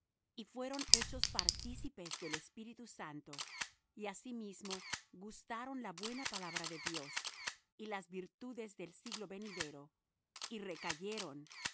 y fueron hechos partícipes del espíritu santo y asimismo gustaron la buena palabra de dios y las virtudes del siglo venidero y recayeron